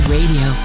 Radio